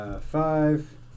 Five